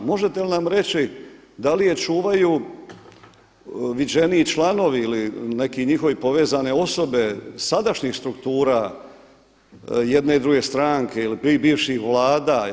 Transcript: Možete li mi reći da li je čuvaju viđeniji članovi ili neke njihove povezane osobe sadašnjih struktura jedne i druge stranke ili bivših vlada?